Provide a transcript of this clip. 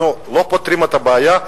אנחנו לא פותרים את הבעיה,